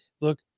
look